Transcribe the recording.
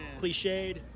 cliched